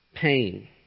pain